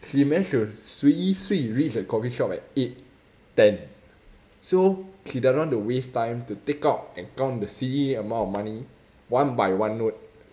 she manage to swee swee reach the coffee shop at eight ten so she doesn't want to waste time to take out and count the silly amount of money one by one note